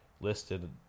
listed